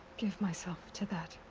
give myself to that.